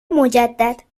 مجدد